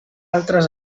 altres